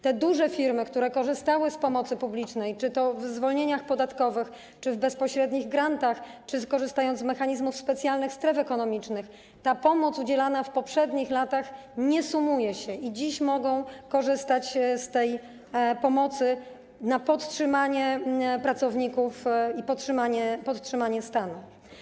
Te duże firmy, które korzystały z pomocy publicznej czy to w zwolnieniach podatkowych, czy w bezpośrednich grantach, czy korzystając z mechanizmów specjalnych stref ekonomicznych - ta pomoc udzielana w poprzednich latach się nie sumuje - dziś mogą korzystać z tej pomocy dla podtrzymania pracowników i podtrzymania stanu.